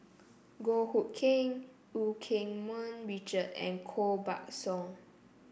Goh Hood Keng Eu Keng Mun Richard and Koh Buck Song